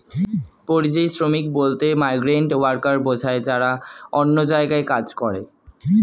পরিযায়ী শ্রমিক বলতে মাইগ্রেন্ট ওয়ার্কার বোঝায় যারা অন্য জায়গায় কাজ করে